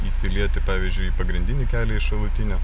įsilieti pavyzdžiui į pagrindinį kelią iš šalutinio